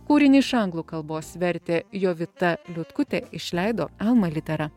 kūrinį iš anglų kalbos vertė jovita liutkutė išleido alma litera